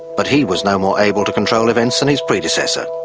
but he was no more able to control events than his predecessor.